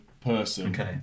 Person